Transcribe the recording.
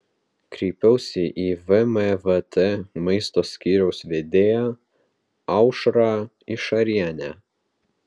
kreipiausi į vmvt maisto skyriaus vedėją aušrą išarienę